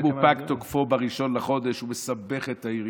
אם פג תוקפו ב-1 לחודש, הוא מסבך את העיריות.